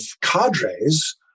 cadres